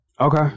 Okay